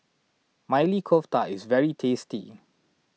Maili Kofta is very tasty